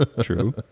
true